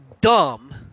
dumb